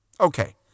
Okay